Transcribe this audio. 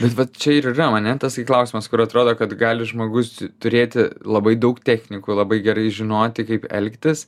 bet vat čia ir yra ane tasai klausimas kur atrodo kad gali žmogus turėti labai daug technikų labai gerai žinoti kaip elgtis